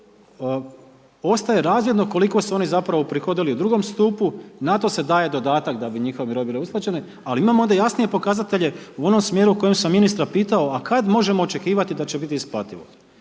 ostaje razvidno koliko su oni zapravo prihodili u II. stupu na to se daje dodatak da bi njihove mirovine bile usklađene, ali imamo onda jasnije pokazatelje u onom smjeru kojim sam ministra pitao a kad možemo očekivati da će biti isplativo.